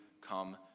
come